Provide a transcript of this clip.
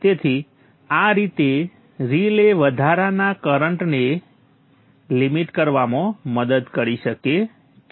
તેથી આ રીતે રિલે વધારાના કરંટને લિમિટ કરવામાં મદદ કરી શકે છે